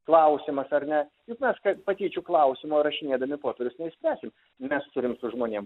klausimas ar ne na aš kai patyčių klausimo rašinėdami popierius neišspręsim mes turim su žmonėm